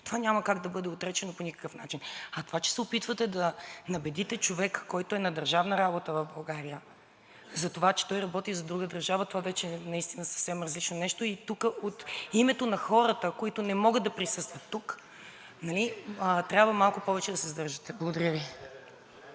Това няма как да бъде отречено по никакъв начин. А това, че се опитвате да набедите човек, който е на държавна работа в България, за това че той работи за друга държава, това вече е наистина съвсем различно нещо. И тук от името на хората, които не могат да присъстват тук, трябва малко повече да се сдържате. Благодаря Ви.